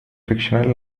fictional